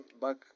back